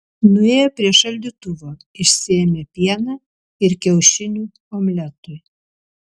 nuėjo prie šaldytuvo išsiėmė pieną ir kiaušinių omletui